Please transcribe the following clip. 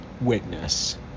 witness